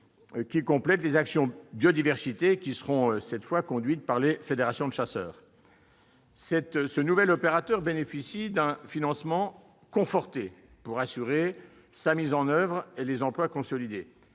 qui complètent les actions en matière de biodiversité qui seront conduites par les fédérations de chasseurs. Ce nouvel opérateur bénéficie d'un financement conforté pour assurer sa mise en oeuvre et d'emplois consolidés.